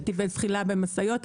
נתיבי זחילה במשאיות וכולי.